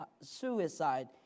suicide